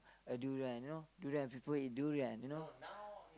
a durian you know durian people eat durian you know